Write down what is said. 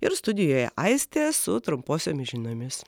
ir studijoje aistė su trumposiomis žiniomis